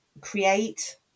create